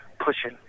pushing